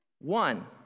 One